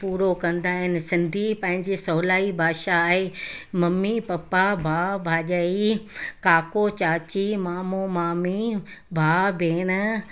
पूरो कंदा आहिनि सिंधी पंहिंजे सवलाई भाषा आहे ममी पपा भाउ भाॼाई काको चाची मामो मामी भाउ भेण